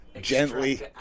gently